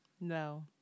no